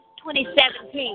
2017